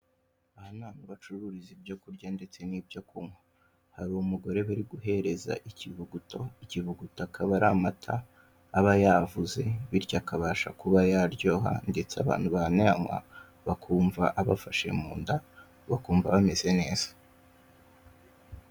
Aha ni ahantu bacururiza ibyo kurya ndetse n'ibyo kunywa, hari umugore bari guhereza ikivuguto. Ikivuguto akaba ari amata aba yavuze bityo akabasha kuba yaryoha ndetse abantu banayanywa bakumva abafashe mu nda, bakumva bameze neza.